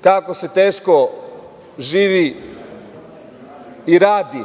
kako se teško živi i radi